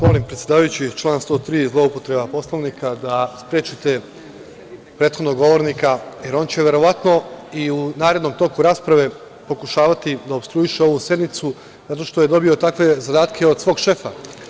Molim vas, predsedavajući, član 103, zloupotreba Poslovnika, da sprečite prethodnog govornika, jer on će verovatno i u narednom toku rasprave pokušavati da opstruiše ovu sednicu, zato što je dobio takve zadatke od svog šefa.